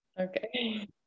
Okay